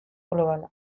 globala